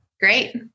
great